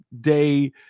Day